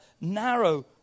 narrow